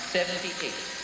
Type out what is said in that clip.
Seventy-eight